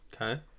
Okay